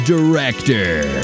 Director